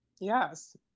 Yes